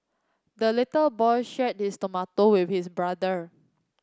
the little boy shared his tomato with his brother